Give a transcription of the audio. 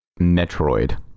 Metroid